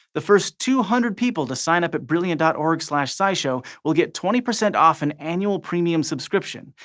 the first two hundred people to sign up at brilliant dot org slash scishow will get twenty percent off an annual premium subscription.